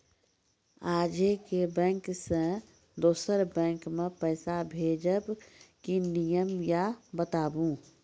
आजे के बैंक से दोसर बैंक मे पैसा भेज ब की नियम या बताबू?